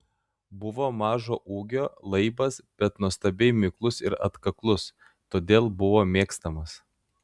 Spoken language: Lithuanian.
buvo mažo ūgio laibas bet nuostabiai miklus ir atkaklus todėl buvo mėgstamas